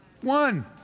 One